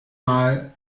mal